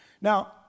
Now